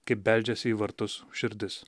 kaip beldžiasi į vartus širdis